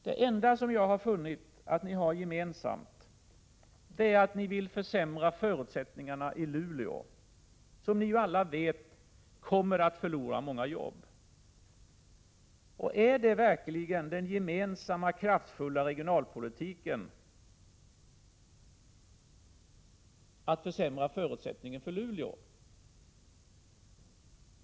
Det enda som jag har funnit att ni har gemensamt är att ni vill försämra förutsättningarna i Luleå, där man, som ni alla vet, kommer att förlora många arbetstillfällen. Innebär er gemensamma kraftfulla regionalpolitik att ni vill försämra förutsättningarna för människorna i Luleå?